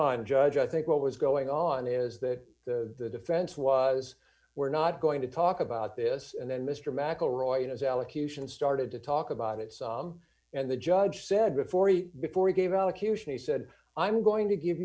on judge i think what was going on is that the defense was we're not going to talk about this and then mr mcelroy as elocution started to talk about it some and the judge said before before he gave elocution he said i'm going to give